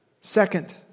Second